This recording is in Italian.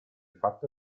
fatto